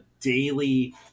daily